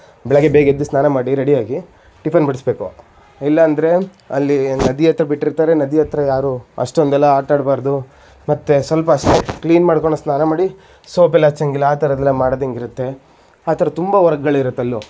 ಬೆಳಗ್ಗೆ ಬೇಗೆದ್ದು ಸ್ನಾನ ಮಾಡಿ ರೆಡಿಯಾಗಿ ಟಿಫನ್ ಬಡಿಸಬೇಕು ಇಲ್ಲಾಂದರೆ ಅಲ್ಲಿ ನದಿ ಹತ್ತಿರ ಬಿಟ್ಟಿರ್ತಾರೆ ನದಿ ಹತ್ತಿರ ಯಾರೂ ಅಷ್ಟೊಂದೆಲ್ಲ ಆಟಾಡಬಾರದು ಮತ್ತು ಸ್ವಲ್ಪ ಕ್ಲೀನ್ ಮಾಡಿಕೊಂಡು ಸ್ನಾನ ಮಾಡಿ ಸೋಪೆಲ್ಲ ಹಚ್ಚಂಗಿಲ್ಲ ಆ ಥರದ್ದೆಲ್ಲ ಮಾಡದಂಗೆ ಇರತ್ತೆ ಆ ಥರದ್ದು ತುಂಬ ವರ್ಕ್ಗಳು ಇರತ್ತಲ್ಲೂ